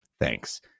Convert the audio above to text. Thanks